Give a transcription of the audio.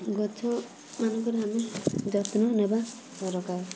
ଗଛମାନଙ୍କର ଆମେ ଯତ୍ନ ନେବା ଦରକାର